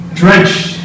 drenched